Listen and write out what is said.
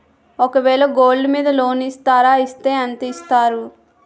ఒక వేల గోల్డ్ మీద లోన్ ఇస్తారా? ఇస్తే ఎంత ఇస్తారు?